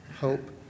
hope